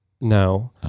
no